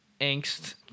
angst